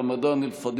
לרגל חודש הרמדאן,